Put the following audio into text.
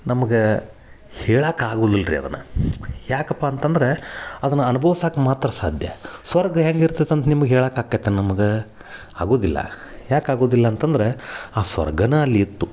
ನಮ್ಗ ಹೇಳಕಾಗುದಿಲ್ಲ ರೀ ಅದನ್ನ ಯಾಕಪ್ಪ ಅಂತಂದ್ರ ಅದನ್ನ ಅನ್ಭೋಸಕ್ಕೆ ಮಾತ್ರ ಸಾಧ್ಯ ಸ್ವರ್ಗ ಹೆಂಗೆ ಇರ್ತೈತೆ ಅಂತ ನಿಮ್ಗ ಹೇಳಕಾಗ್ತೈತೆ ನಮಗೆ ಆಗುವುದಿಲ್ಲ ಯಾಕೆ ಆಗುವುದಿಲ್ಲ ಅಂತಂದ್ರ ಆ ಸ್ವರ್ಗನ ಅಲ್ಲಿತ್ತು